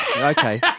okay